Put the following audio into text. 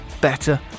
better